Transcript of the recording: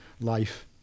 life